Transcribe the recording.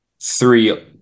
Three